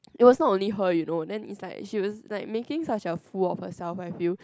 it was not only her you know then is like she was like making such a fool of herself I feel